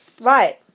Right